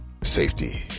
safety